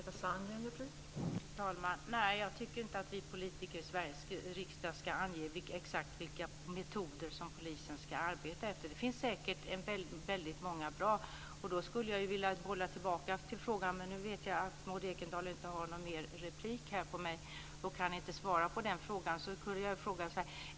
Fru talman! Nej, jag tycker inte att politikerna i riksdagen ska ange exakt vilka metoder som polisen ska arbeta efter. Det finns säkert många bra metoder. Jag skulle vilja bolla tillbaka frågan, även om Maud Ekendahl inte har någon ytterligare replik och inte kan svara.